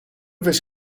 this